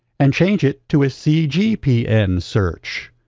and change it to a cgpn search.